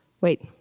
wait